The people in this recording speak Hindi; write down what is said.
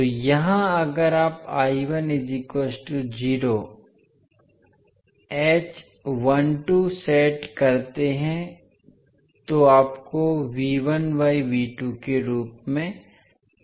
तो यहाँ अगर आप सेट करते हैं तो आपको बाय के रूप में मिलेगा